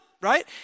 right